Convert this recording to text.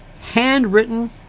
handwritten